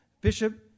Bishop